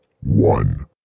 one